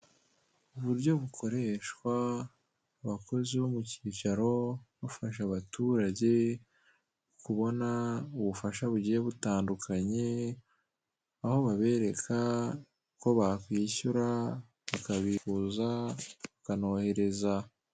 Uburyo bukoreshwa abakozi bo mu kicaro bafasha abaturage kubona ubufasha bugiye butandukanye aho babereka uko bakwishyura, bakabikuza, bakanohereza.